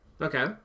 Okay